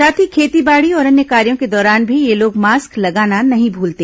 साथ ही खेती बाड़ी और अन्य कार्यो के दौरान भी ये लोग मास्क लगाना नहीं भूलते